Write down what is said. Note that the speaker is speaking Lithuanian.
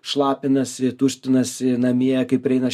šlapinasi tuštinasi namie kai prieina